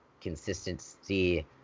consistency